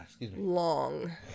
long